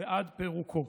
ועד פירוקו.